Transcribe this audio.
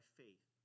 faith